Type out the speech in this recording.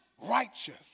righteous